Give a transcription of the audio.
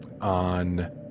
on